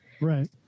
Right